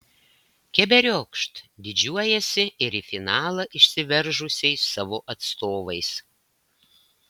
keberiokšt didžiuojasi ir į finalą išsiveržusiais savo atstovais